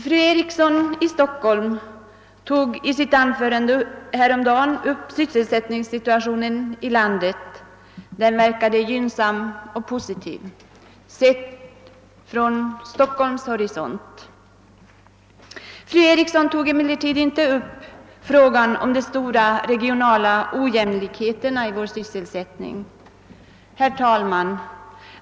Fru Eriksson i Stockholm berörde i sitt anförande häromdagen sysselsättningssituationen i landet — den verkade gynnsam och positiv, sedd från Stockholms horisont. Fru Eriksson tog emellertid inte upp frågan om de stora regionala ojämnheterna i vår sysselsättning. Herr talman!